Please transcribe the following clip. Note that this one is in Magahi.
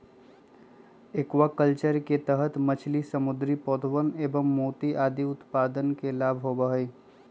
एक्वाकल्चर के तहद मछली, समुद्री पौधवन एवं मोती आदि उत्पादन के लाभ होबा हई